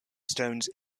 stones